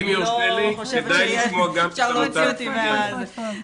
אני לא חושבת שאפשר להוציא אותי מהחשבון.